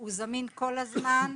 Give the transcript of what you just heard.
הוא זמין כל הזמן,